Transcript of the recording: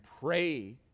pray